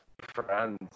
friends